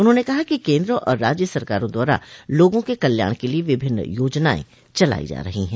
उन्होंने कहा कि केन्द्र और राज्य सरकारों द्वारा लोगों के कल्याण के लिये विभिन्न योजनाएं चलाई जा रही है